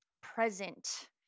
present